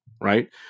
right